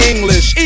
English